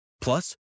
Plus